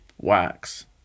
works